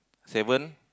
seven